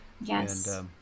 Yes